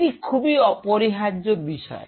এটি খুবই অপরিহার্য বিষয়